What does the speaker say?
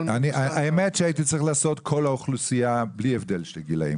האמת שהייתי צריך לעשות כל האוכלוסייה ביל הבדל של גילאים